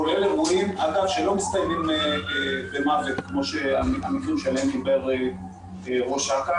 כולל אירועים שלא מסתיימים במוות כמו המקרים שעליהם דיבר ראש אכ"א,